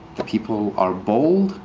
the people are bold.